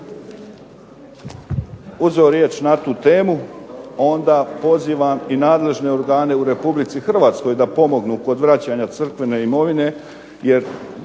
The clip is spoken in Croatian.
uzeo riječ na tu temu, onda pozivam i nadležne organe u Republici Hrvatskoj da pomognu kod vraćanja crkvene imovine, jer